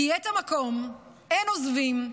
כי "את המקום אין עוזבים,